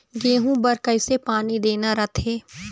गेहूं बर कइसे पानी देना रथे?